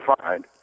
find